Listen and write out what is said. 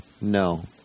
no